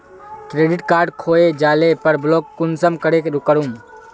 Credit card खोये जाले पर ब्लॉक कुंसम करे करूम?